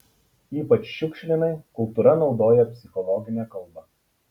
ypač šiukšlinai kultūra naudoja psichologinę kalbą